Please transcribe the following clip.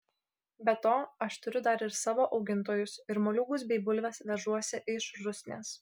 be to aš turiu dar ir savo augintojus ir moliūgus bei bulves vežuosi iš rusnės